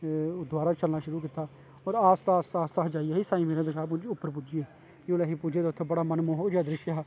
दवारा चलनां शुरु कीता आस्ता आस्ता जाइयै अस साईं मीरां दरगाह् पुज्जी गे जिसलै अस उत्थें पुज्जे तां उत्थें बड़ा मन मोह्क जा दृश्ट हा